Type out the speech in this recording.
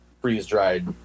freeze-dried